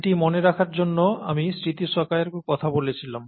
এটি মনে রাখার জন্য আমি স্মৃতিসহায়কের কথা বলেছিলাম